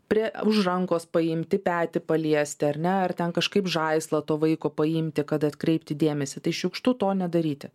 prie už rankos paimti petį paliesti ar ne ar ten kažkaip žaislą to vaiko paimti kad atkreipti dėmesį tai šiukštu to nedaryti